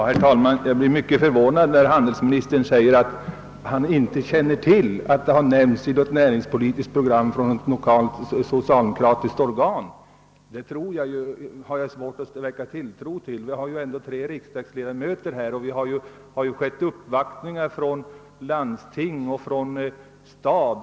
Herr talman! Jag blev mycket förvånad när handelsministern sade att han inte kände till att de olympiska spelen i Östersund har omnämnts av något lokalt socialdemokratiskt organ i ett näringspolitiskt program; jag har svårt att sätta tilltro till det påståendet. Det finns dock tre socialdemokratiska representanter för området här i kammaren, och uppvaktningar har gjorts från landsting och stad.